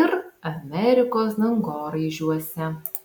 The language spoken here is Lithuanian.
ir amerikos dangoraižiuose